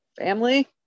family